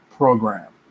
program